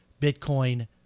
bitcoin